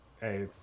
hey